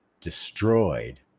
destroyed